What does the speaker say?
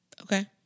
okay